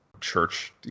church